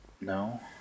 No